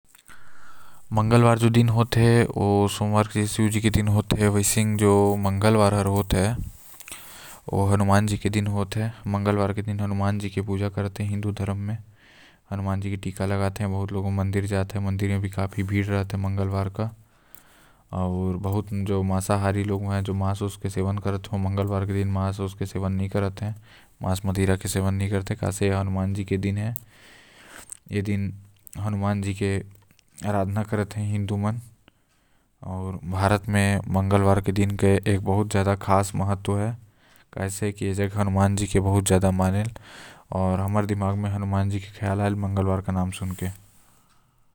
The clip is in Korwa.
जैसे सोमवार शिव जी के दिन है वैसने मंगल वार हनुमान जी के दिन हे आऊ ए दिन ऐसन बोले जायल की ए दिन कोई काम करो तो काम मंगल होजी। ऐसन ए हर दिन अलग अलग देवी देवता के होएfल।